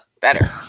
Better